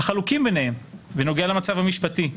החלוקים ביניהם בנוגע למצב המשפטי.